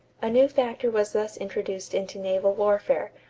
a new factor was thus introduced into naval warfare,